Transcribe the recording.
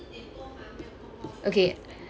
okay